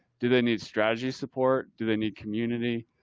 do they need strategy support? do they need community?